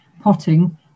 potting